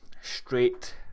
straight